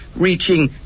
reaching